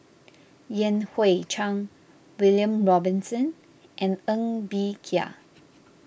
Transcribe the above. Yan Hui Chang William Robinson and Ng Bee Kia